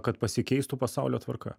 kad pasikeistų pasaulio tvarka